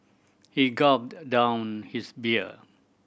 he gulped down his beer